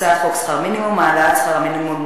הצעת חוק שכר מינימום (העלאת שכר מינימום,